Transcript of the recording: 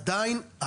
עדיין,